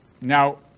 now